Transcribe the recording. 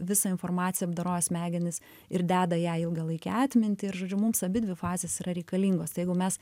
visą informaciją apdoroja smegenys ir deda ją į ilgalaikę atmintį ir žodžiu mums abidvi fazės yra reikalingos tai jeigu mes